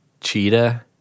Cheetah